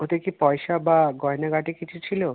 ওতে কি পয়সা বা গয়নাগাটি কিছু ছিলো